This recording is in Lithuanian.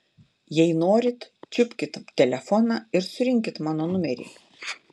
jei norit čiupkit telefoną ir surinkit mano numerį